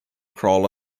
crawl